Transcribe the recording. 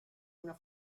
una